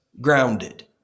grounded